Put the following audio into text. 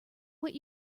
what